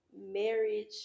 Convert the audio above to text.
Marriage